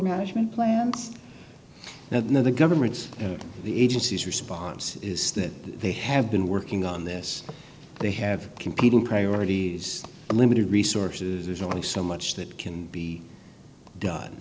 management plans now the government's the agency's response is that they have been working on this they have competing priorities and limited resources there's only so much that can be done